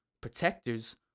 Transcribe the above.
protectors